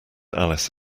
alice